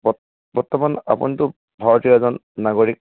ব বৰ্তমান আপুনিতো ভাৰতীয় এজন নাগৰিক